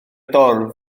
dorf